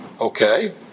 Okay